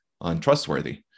untrustworthy